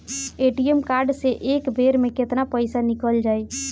ATM card से एक बेर मे केतना पईसा निकल जाई?